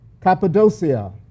Cappadocia